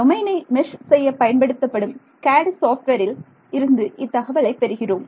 டொமைனை மெஷ் செய்ய பயன்படுத்தப்படும் CAD சாப்ட்வேரில் இருந்து இத்தகவலை பெறுகிறோம்